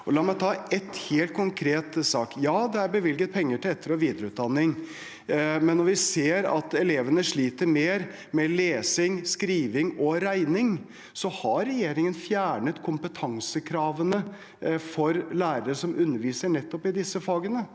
La meg ta en helt konkret sak: Ja, det er bevilget penger til etter- og videreutdanning, men vi ser at elevene sliter mer med lesing, skriving og regning, og så har regjeringen fjernet kompetansekravene for lærere som underviser i nettopp disse fagene.